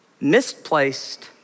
misplaced